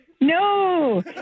No